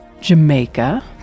Jamaica